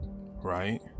right